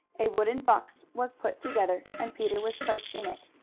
a wooden box was put together, and peter was placed in it,